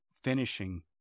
finishing